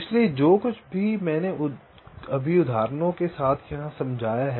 इसलिए जो कुछ मैंने अभी उदाहरण के साथ यहाँ समझाया है